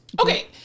Okay